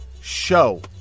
show